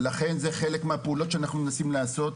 ולכן זה חלק מהפעולות שאנחנו מנסים לעשות.